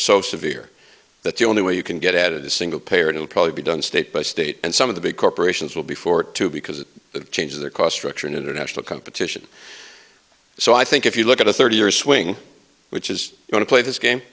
so severe that the only way you can get added the single payer and probably be done state by state and some of the big corporations will be for it too because it changes their cost structure and international competition so i think if you look at a thirty year swing which is going to play this game